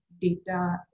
data